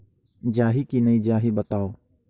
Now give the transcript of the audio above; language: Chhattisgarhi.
जाही की नइ जाही बताव?